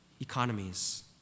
economies